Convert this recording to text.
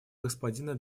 господина